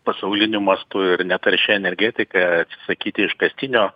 pasauliniu mastu ir netaršia energetika atsisakyti iškastinio